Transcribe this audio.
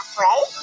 right